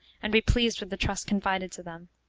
and be pleased with the trust confided to them.